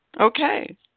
Okay